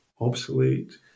obsolete